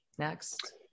next